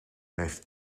heeft